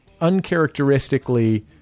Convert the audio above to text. uncharacteristically